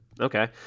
okay